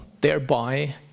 thereby